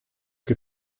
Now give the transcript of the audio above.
ket